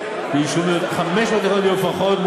500 יחידות דיור לפחות,